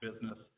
business